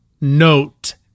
note